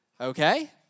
Okay